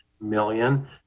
million